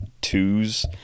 twos